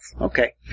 Okay